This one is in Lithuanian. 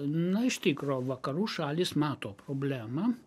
na iš tikro vakarų šalys mato problemą